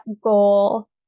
goal